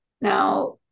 Now